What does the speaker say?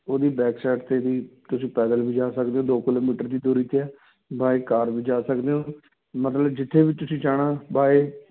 ਉਹਦੀ back side 'ਤੇ ਵੀ ਤੁਸੀਂ ਪੈਦਲ ਵੀ ਜਾ ਸਕਦੇ ਹੋ ਦੋ ਕਿਲੋਮੀਟਰ ਦੀ ਦੂਰੀ 'ਚ ਹੈ ਬਾਏ ਕਾਰ ਵੀ ਜਾ ਸਕਦੇ ਹੋ ਮਤਲਬ ਜਿੱਥੇ ਵੀ ਤੁਸੀਂ ਜਾਣਾ ਬਾਏ